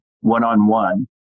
one-on-one